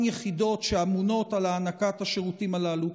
יחידות שממונות על הענקת השירותים הללו.